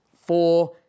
four